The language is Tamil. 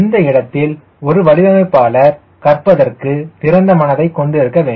இந்த இடத்தில் ஒரு வடிவமைப்பாளர் கற்பதற்கு திறந்த மனதைக் கொண்டிருக்க வேண்டும்